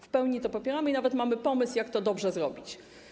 W pełni to popieramy i nawet mamy pomysł, jak to dobrze zrobić.